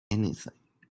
anything